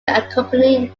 accompany